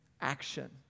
action